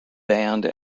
band